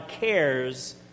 cares